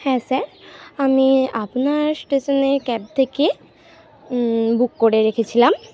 হ্যাঁ স্যার আমি আপনার স্টেশনের ক্যাব থেকে বুক করে রেখেছিলাম